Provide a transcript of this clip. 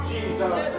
Jesus